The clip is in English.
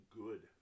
good